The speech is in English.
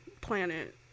Planet